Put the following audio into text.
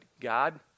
God